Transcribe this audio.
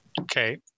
Okay